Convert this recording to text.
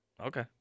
Okay